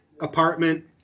apartment